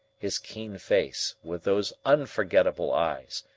his keen face, with those unforgettable eyes,